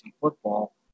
football